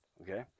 Okay